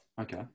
Okay